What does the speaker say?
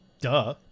duh